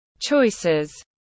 choices